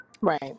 Right